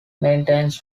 maintains